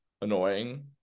annoying